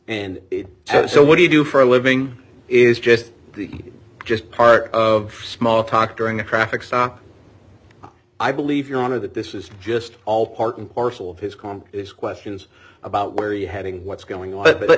and so what do you do for a living is just the just part of small talk during a traffic stop i believe your honor that this is just all part and parcel of his comp is questions about where he having what's going